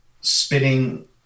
spitting